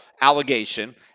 allegation